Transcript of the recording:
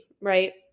right